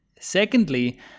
secondly